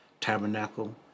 Tabernacle